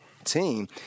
team